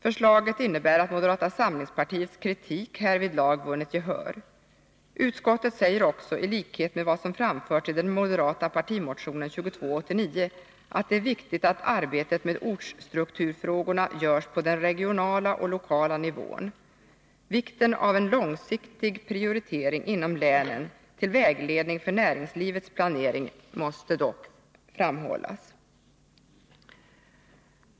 Förslaget innebär att moderata samlingspartiets kritik härvidlag vunnit gehör. Utskottet säger också, i likhet med vad som framförts i den moderata partimotionen 2289, att det är viktigt att arbetet med ortsstrukturfrågorna utförs på den regionala och lokala nivån. Vikten av en långsiktig prioritering inom länen till vägledning för näringslivets planering måste dock framhållas.